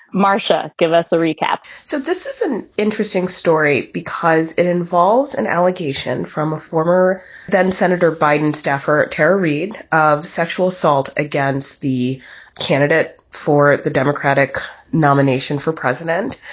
marcia, give us a recap so this is an interesting story because it involves an allegation from a former then senator biden staffer, terry reid, of sexual assault against the candidate for the democratic nomination for president.